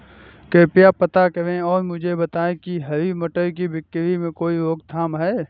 कृपया पता करें और मुझे बताएं कि क्या हरी मटर की बिक्री में कोई रोकथाम है?